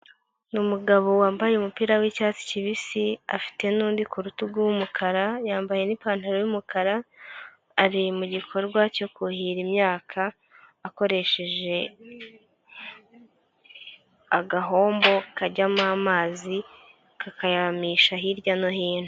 Ni umugabo wambaye umupira w'icyatsi kibisi, afite n'undi ku rutugu w'umukara yambaye n'ipantaro y'umukara, ari mu gikorwa cyo kuhira imyaka akoresheje agahombo kajyamo amazi kakayamisha hirya no hino.